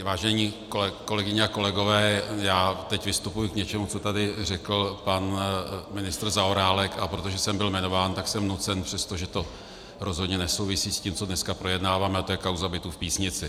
Vážené kolegyně a vážení kolegové, já teď vystupuji k něčemu, co tady řekl pan ministr Zaorálek, a protože jsem byl jmenován, jsem nucen, přestože to rozhodně nesouvisí s tím, co dneska projednáváme, a to je kauza bytů v Písnici.